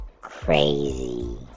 crazy